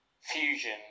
fusion